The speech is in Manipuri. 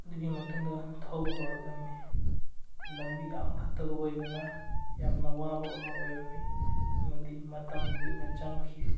ꯑꯗꯨꯒꯤ ꯃꯇꯨꯡꯗ ꯊꯧꯕ ꯍꯧꯔꯛꯂꯝꯃꯤ ꯂꯝꯕꯤ ꯌꯥꯝ ꯐꯠꯇꯕ ꯑꯣꯏꯕꯅ ꯌꯥꯝꯅ ꯋꯥꯕ ꯑꯃ ꯑꯣꯏꯔꯝꯃꯤ ꯑꯃꯗꯤ ꯃꯇꯝ ꯀꯨꯏꯅ ꯆꯪꯈꯤ